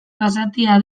basatia